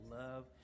love